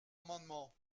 amendement